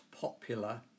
popular